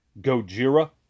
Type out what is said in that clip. Gojira